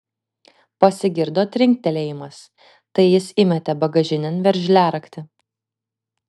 pasigirdo trinktelėjimas tai jis įmetė bagažinėn veržliaraktį